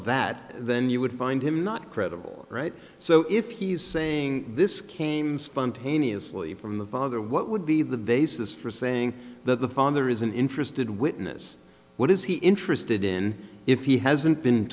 that then you would find him not credible right so if he's saying this came spontaneously from the father what would be the basis for saying that the father isn't interested witness what is he interested in if he hasn't been